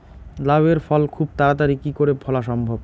লাউ এর ফল খুব তাড়াতাড়ি কি করে ফলা সম্ভব?